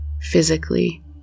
physically